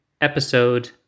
episode